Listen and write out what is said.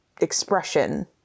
expression